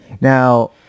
Now